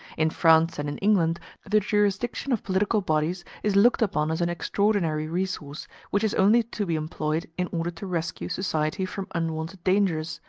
in france and in england the jurisdiction of political bodies is looked upon as an extraordinary resource, which is only to be employed in order to rescue society from unwonted dangers.